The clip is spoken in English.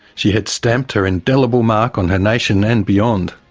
she had stamped her indelible mark on her nation and beyond.